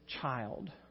child